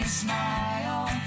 smile